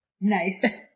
Nice